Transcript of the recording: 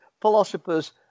philosophers